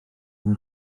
neu